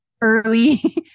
early